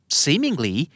seemingly